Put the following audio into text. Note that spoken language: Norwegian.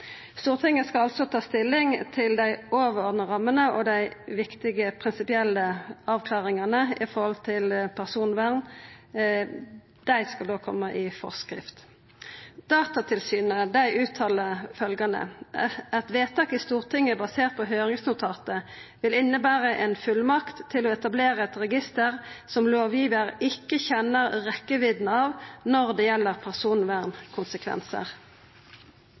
Stortinget skal altså ta stilling til dei overordna rammene, og dei viktige prinsipielle avklaringane når det gjeld personvern skal koma i forskrift. Datatilsynet uttalar følgjande: «et vedtak i Stortinget basert på høringsnotatet vil innebære en fullmakt til å etablere et register som lovgiver ikke kjenner rekkevidden av når det gjelder personvernkonsekvenser.»